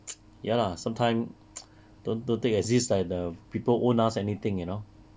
ya lah sometime don't don't take exist like the people owe us anything you know